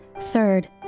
Third